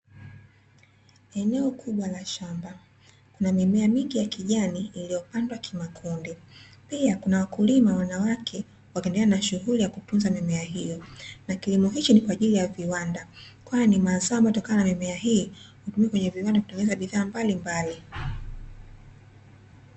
Eneo kubwa la shamba na mimea mingi ya kijani iliyopandwa kimakundi, pia kukiwa na wakulima wanawake wakiendelea na shughuli ya kutunza mimea hiyo na kilimo hiko ni kwa ajili ya viwanda, kwani mazao yanayotokana na mimea hii hurudi kwenye viwanda kutengeneza bidhaa mbalimbali.